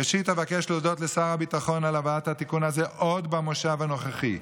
ראשית אבקש להודות לשר הביטחון על הבאת התיקון הזה עוד במושב הנוכחי.